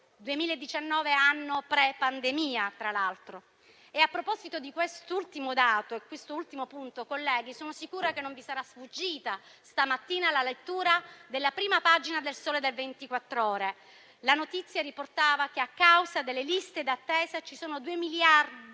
2019 (anno prepandemia, tra l'altro). A proposito di quest'ultimo dato e ultimo punto, colleghi, sono sicura che stamattina non vi sarà sfuggita la lettura della prima pagina de «Il Sole 24 ore»: la notizia riportava che, a causa delle liste d'attesa, ci sono 2,5 milioni